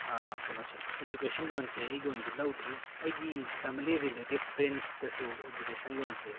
ꯀꯩꯅꯣꯁꯦ ꯏꯗꯨꯀꯦꯁꯟ ꯂꯣꯟꯁꯦ ꯑꯩꯒꯤ ꯑꯣꯏꯅꯗꯤ ꯂꯧꯗ꯭ꯔꯤ ꯑꯩꯒꯤ ꯐꯦꯃꯤꯂꯤ ꯔꯤꯂꯦꯇꯤꯐ ꯐ꯭ꯔꯦꯟꯁꯇꯁꯨ ꯏꯗꯨꯀꯦꯁꯟ ꯂꯣꯟꯁꯦ